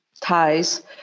ties